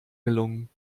gelungen